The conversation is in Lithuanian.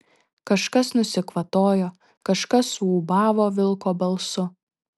kažkas nusikvatojo kažkas suūbavo vilko balsu